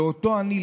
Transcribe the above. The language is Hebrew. לאותו עני,